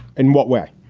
in what way?